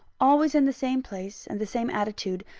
always in the same place and the same attitude,